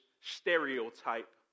stereotype